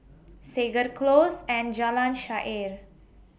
Segar Close and Jalan Shaer